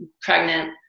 pregnant